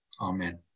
Amen